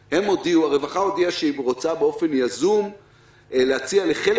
הרווחה הודיעה שהיא רוצה באופן יזום להציע לחלק